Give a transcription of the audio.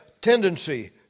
tendency